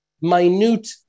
minute